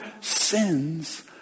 sins